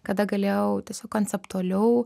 kada galėjau tiesiog konceptualiau